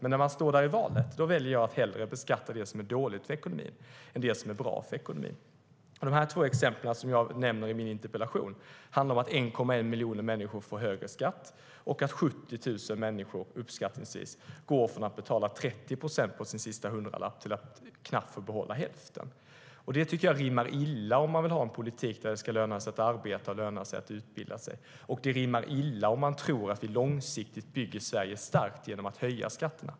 Men när jag står i det valet väljer jag att hellre beskatta det som är dåligt för ekonomin än det som är bra för ekonomin.De två exempel som jag tar upp i min interpellation handlar om att 1,1 miljon människor får högre skatt och att uppskattningsvis 70 000 människor går från att betala 30 procent av sin sista hundralapp till att få behålla knappt hälften. Det tycker jag rimmar illa med en politik som gör att det lönar sig att arbeta och utbilda sig. Det rimmar illa med tron att vi långsiktigt bygger Sverige starkt genom att höja skatterna.